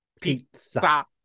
pizza